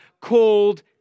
called